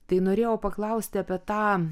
tai norėjau paklausti apie tą